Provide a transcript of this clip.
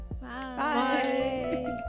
bye